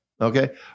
okay